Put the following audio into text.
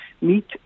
meet